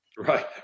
Right